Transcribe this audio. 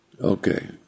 Okay